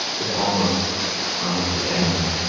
it's almost almost his enemy.